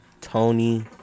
Tony